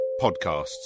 podcasts